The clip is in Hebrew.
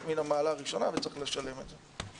מן המעלה הראשונה וצריך לשלם על זה.